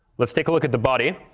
let's take a look at the body.